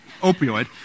opioid